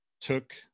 took